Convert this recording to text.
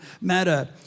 matter